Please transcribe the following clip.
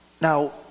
Now